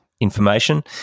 information